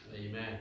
Amen